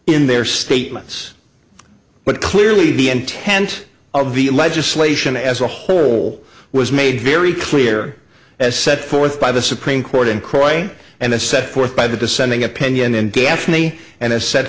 in their statements but clearly the intent of the legislation as a whole was made very clear as set forth by the supreme court and croy and that set forth by the dissenting opinion in gaffney and